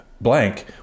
blank